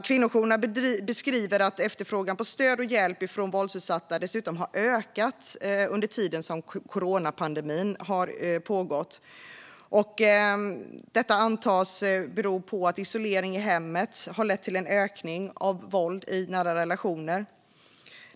Kvinnojourerna beskriver att efterfrågan på stöd och hjälp från våldsutsatta har ökat under tiden som coronapandemin har pågått. Detta antas bero på att isolering i hemmet har lett till en ökning av våld i nära relationer.